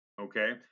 Okay